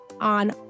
on